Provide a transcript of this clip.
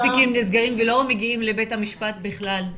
תיקים שנסגרים ולא מגיעים לבית המשפט בכלל.